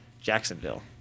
Jacksonville